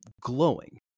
glowing